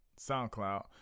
SoundCloud